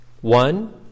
One